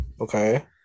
okay